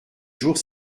jours